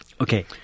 Okay